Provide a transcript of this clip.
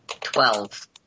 Twelve